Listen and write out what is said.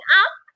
up